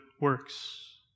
works